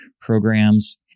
programs